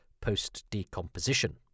post-decomposition